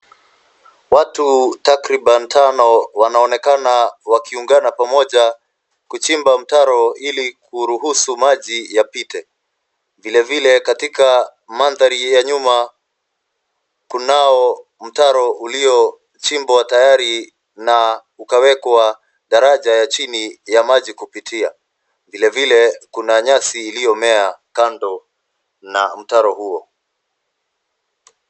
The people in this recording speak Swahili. Watu takriban tano wanaonekana wakiungana pamoja kuchimba mtaro ili kuruhusu maji yapite. Vilevile katika mandhari ya nyuma kunao mtaro uliyochimbwa tayari na ukawekwa daraja ya chini ya maji kupitia. Vilevile kuna nyasi iliyomea kando na mtaro huo.